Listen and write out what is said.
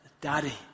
daddy